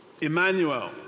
Emmanuel